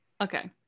Okay